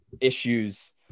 issues